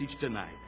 tonight